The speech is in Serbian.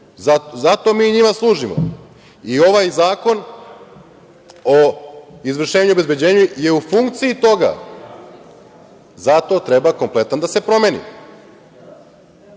Za to mi njima služimo. I ovaj Zakon o izvršenju i obezbeđenju je u funkciji toga. Zato treba kompletan da se promeni. Srpska